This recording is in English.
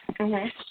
Okay